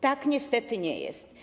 Tak niestety nie jest.